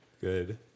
Good